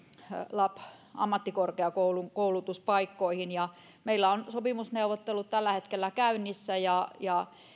lab ammattikorkeakoulun koulutuspaikkoihin meillä on sopimusneuvottelut tällä hetkellä käynnissä ja ja